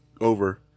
over